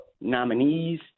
nominees